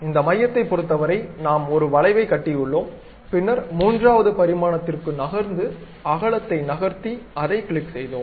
இந்த மையத்தைப் பொறுத்தவரை நாம் ஒரு வளைவைக் கட்டியுள்ளோம் பின்னர் மூன்றாவது பரிமாணத்திற்கு நகர்ந்து அகலத்தை நகர்த்தி அதைக் கிளிக் செய்தோம்